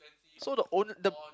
so the owner the